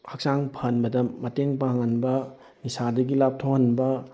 ꯍꯛꯆꯥꯡ ꯐꯍꯟꯕꯗ ꯃꯇꯦꯡ ꯄꯥꯡꯍꯟꯕ ꯅꯤꯁꯥꯗꯒꯤ ꯂꯥꯞꯊꯣꯛꯍꯟꯕ